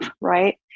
Right